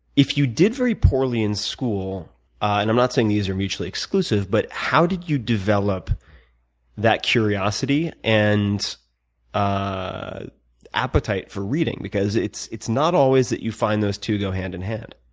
if you did very poorly in school and i'm not saying these are mutually exclusive but how did you develop that curiosity and ah appetite for reading because it's it's not always that you find those two go hand in hand.